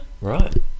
right